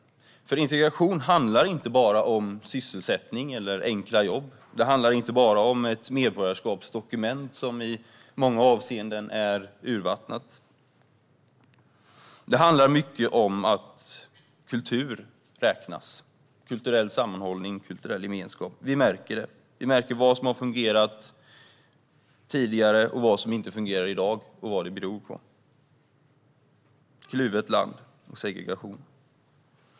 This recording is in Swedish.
Integration handlar ju inte bara om sysselsättning eller enkla jobb. Det handlar inte bara om ett medborgarskapsdokument som i många avseenden är urvattnat. I stället handlar det om att kultur, kulturell sammanhållning och kulturell gemenskap räknas. Vi märker detta på vad som har fungerat tidigare och vad som inte fungerar i dag liksom vad det beror på. Vi har ett kluvet land och segregation.